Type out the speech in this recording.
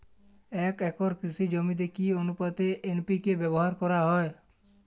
এক একর কৃষি জমিতে কি আনুপাতে এন.পি.কে ব্যবহার করা হয়?